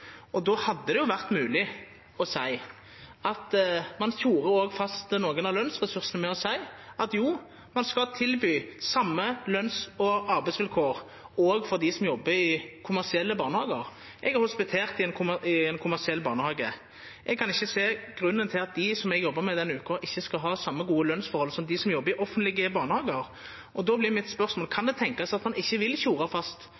og då hadde det vore mogleg å seia at ein òg tjorar fast nokre av lønsressursane med å seia at jo, ein skal tilby same løns- og arbeidsvilkår òg for dei som jobbar i kommersielle barnehagar. Eg har hospitert i ein kommersiell barnehage. Eg kan ikkje sjå nokon grunn til at dei eg jobba med den veka, ikkje skal ha same gode lønsforhold som dei som jobbar i offentlege barnehagar. Då vert spørsmålet mitt: Kan det tenkjast at ein ikkje vil tjora fast